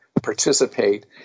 participate